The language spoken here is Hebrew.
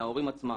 מההורים עצמם.